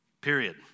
Period